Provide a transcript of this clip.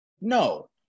no